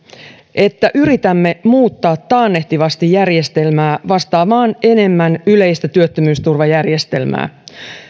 että yritämme muuttaa taannehtivasti järjestelmää vastaamaan enemmän yleistä työttömyysturvajärjestelmää